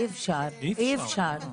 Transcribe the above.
אי אפשר, אי אפשר.